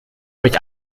euch